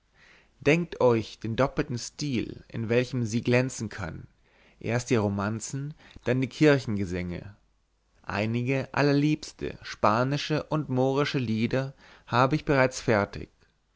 denkt euch den doppelten stil in welchem sie glänzen kann erst die romanzen dann die kirchengesänge einige allerliebste spanische und mohrische lieder hab ich bereits fertig